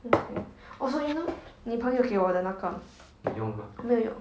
mm okay oh so you know 你朋友给我的那个没有用